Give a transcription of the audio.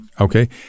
okay